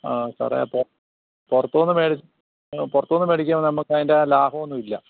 ആ സാറേ അപ്പോൾ പുറത്തുനിന്ന് മേടി പുറത്തുനിന്ന് മേടിക്കുവാണെങ്കിൽ നമുക്ക് അതിൻ്റെ ലാഭമൊന്നും ഇല്ല